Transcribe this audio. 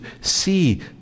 see